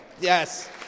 Yes